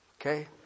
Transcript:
Okay